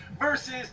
versus